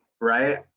right